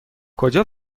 کجا